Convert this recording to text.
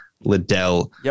Liddell